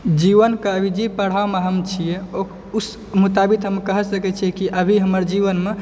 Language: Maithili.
जीवन के अभी जे पड़ाव मे हम छियै ओ उस मुताबिक हम कहि सकैछियै कि अभी हमर जीवन मे